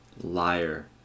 Liar